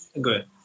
Good